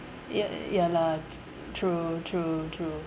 ya ya lah true true true